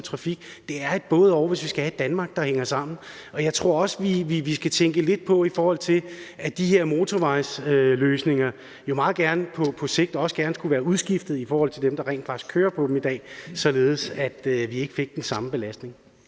trafik. Det er et både-og, hvis vi skal have et Danmark, der hænger sammen. Jeg tror også, at vi skal tænke lidt på, at de her motorvejsløsninger jo også meget gerne på sigt skulle være udskiftet i forhold til dem, der rent faktisk kører på dem i dag, således at vi ikke fik den samme belastning.